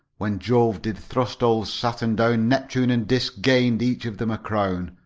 when jove did thrust old saturn down, neptune and dis gain'd each of them a crown,